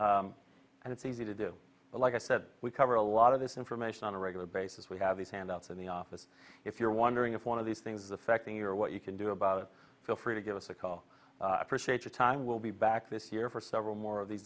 body and it's easy to do like i said we cover a lot of this information on a regular basis we have these handouts in the office if you're wondering if one of these things is affecting your what you can do about it feel free to give us a call appreciate your time we'll be back this year for several more of these